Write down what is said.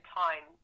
time